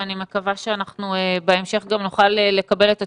אני מקווה שאנחנו בהמשך נוכל לקבל את התשובות,